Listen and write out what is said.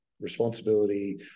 responsibility